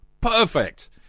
Perfect